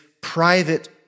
private